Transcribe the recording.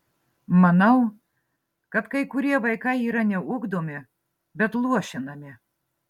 manau kad kai kurie vaikai yra ne ugdomi bet luošinami